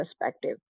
perspective